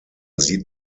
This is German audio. sieht